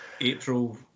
April